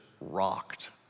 rocked